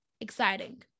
exciting